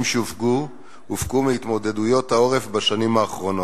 שהופקו מהתמודדויות העורף בשנים האחרונות.